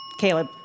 Caleb